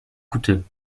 coûteux